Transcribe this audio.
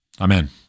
Amen